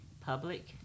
public